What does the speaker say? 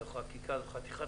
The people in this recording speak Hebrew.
זו חתיכת